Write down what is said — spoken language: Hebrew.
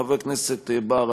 חבר הכנסת בר,